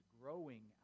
growing